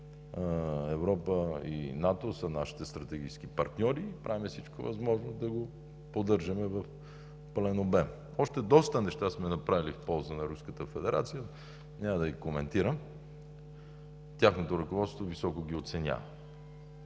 Европа и НАТО са нашите стратегически партньори и правим всичко възможно да го поддържаме в пълен обем. Още доста неща сме направили в полза на Руската федерация, няма да ги коментирам. Тяхното ръководство високо ги оценява.